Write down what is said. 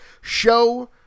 show